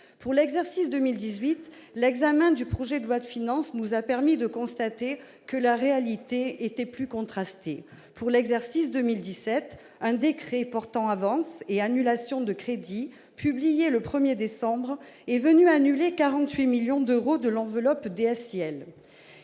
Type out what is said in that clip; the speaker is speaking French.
Pour l'exercice 2018, l'examen du projet de loi de finances nous a permis de constater que la réalité était plus contrastée. Pour l'exercice 2017, un décret portant avance et annulation de crédits, publié le 1 décembre dernier, a annulé 48 millions d'euros au sein de l'enveloppe DSIL.